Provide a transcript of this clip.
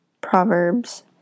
Proverbs